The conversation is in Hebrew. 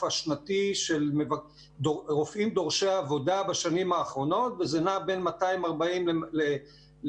השנתי של רופאים דורשי עבודה בשנים האחרונות וזה נע בין 240 ל-300.